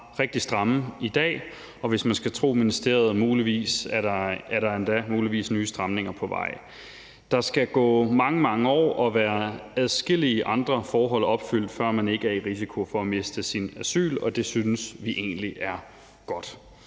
rigtig stramme i dag, og hvis man skal tro ministeriet, er der endda muligvis nye stramninger på vej. Der skal gå mange, mange år og være adskillige andre forhold opfyldt, før man ikke er i risiko for at miste sin asyl, og det synes vi egentlig er godt.